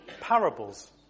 parables